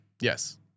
Yes